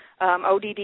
ODD